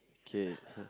okay